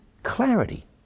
clarity